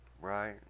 Right